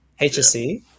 HSC